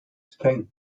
stings